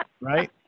right